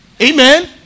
amen